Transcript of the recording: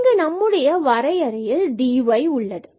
இது நம்முடைய வரையறையில் dy ஆகும்